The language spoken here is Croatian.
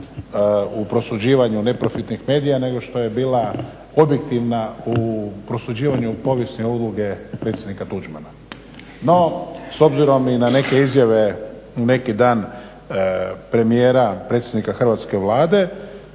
u prosuđivanju neprofitnih medija nego što je bila objektivna u prosuđivanju povijesne uloge predsjednika Tuđmana. No, s obzirom i na neke izjave, neki dan premijera, predsjednika hrvatske Vlade